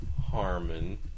Harmon